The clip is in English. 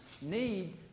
need